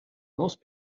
most